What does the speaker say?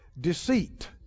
deceit